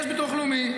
יש ביטוח לאומי,